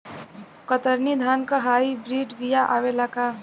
कतरनी धान क hybrid बिया आवेला का?